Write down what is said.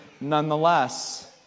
nonetheless